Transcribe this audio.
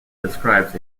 describes